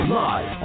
live